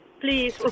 Please